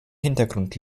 hintergrund